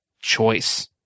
choice